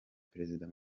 perezida